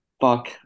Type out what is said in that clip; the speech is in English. Fuck